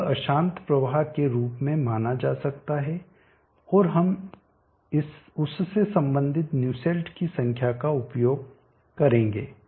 तो यह अशांत प्रवाह के रूप में माना जा सकता है और हम उससे संबंधित न्यूसेल्ट की संख्या का उपयोग करेंगे